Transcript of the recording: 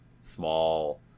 small